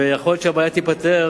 ויכול להיות שהבעיה תיפתר,